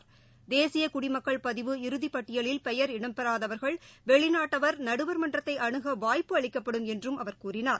பெயர் தேசியகுடிமக்கள் பதிவு இறுதிபட்டியலில் இடம்பெறாதவர்கள் வெளிநாட்டவர் நடுவர்மன்றத்தைஅணுகவாய்ப்பு அளிக்கப்படும் என்றும் அவர் கூறினார்